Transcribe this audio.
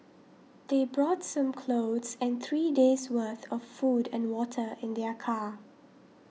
they brought some clothes and three days' worth of food and water in their car